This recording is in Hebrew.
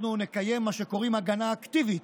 אנחנו נקיים מה שקוראים "הגנה אקטיבית",